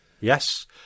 Yes